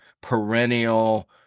perennial